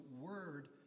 word